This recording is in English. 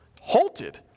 halted